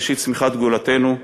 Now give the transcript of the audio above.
ראשית צמיחת גאולתנו,